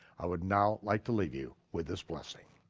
i would now like to leave you with this blessing.